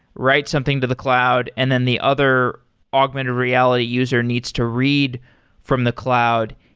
write something to the cloud and then the other augmented reality user needs to read from the cloud.